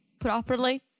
properly